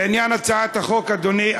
לעניין הצעת החוק, אדוני.